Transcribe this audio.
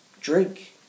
drink